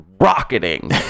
rocketing